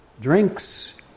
drinks